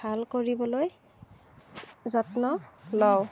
ভাল কৰিবলৈ যত্ন লওঁ